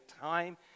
time